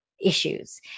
issues